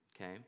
Okay